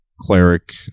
cleric